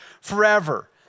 forever